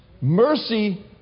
mercy